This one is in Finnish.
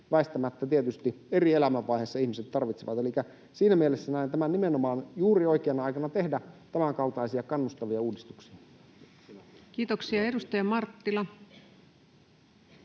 väistämättä tietysti eri elämänvaiheissa. Elikkä siinä mielessä näen tämän nimenomaan juuri oikeana aikana tehdä tämänkaltaisia kannustavia uudistuksia. Kiitoksia. — Edustaja Marttila.